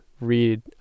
read